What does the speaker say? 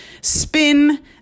spin